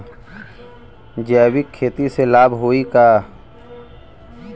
जैविक खेती से लाभ होई का?